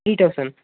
three thousand